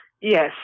Yes